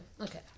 Okay